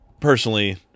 personally